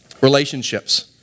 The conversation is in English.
Relationships